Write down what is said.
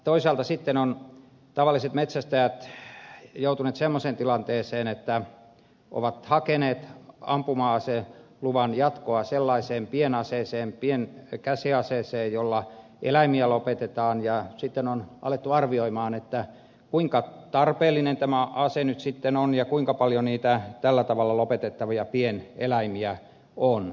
toisaalta sitten ovat tavalliset metsästäjät joutuneet semmoiseen tilanteeseen että ovat hakeneet ampuma aseluvan jatkoa sellaiseen pienaseeseen pienkäsiaseeseen jolla eläimiä lopetetaan ja sitten on alettu arvioida kuinka tarpeellinen tämä ase nyt sitten on ja kuinka paljon niitä tällä tavalla lopetettavia pieneläimiä on